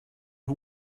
who